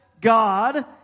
God